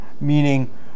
meaning